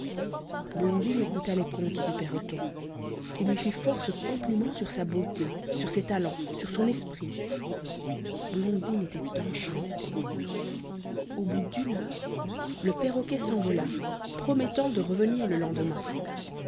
blondine écouta les contes du perroquet qui lui fit force compliments sur sa beauté sur ses talents sur son esprit blondine était enchantée au bout d'une heure le perroquet s'envola promettant de revenir le lendemain